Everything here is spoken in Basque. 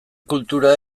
kultura